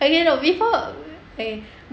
okay no before